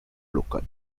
local